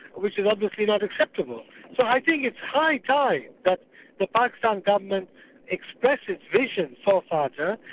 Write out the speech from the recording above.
which is obviously not acceptable. so i think it's high time that the pakistan government express its vision for fata,